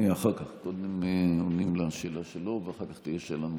קודם עונים על השאלה שלו ואחר כך תהיה שאלה נוספת.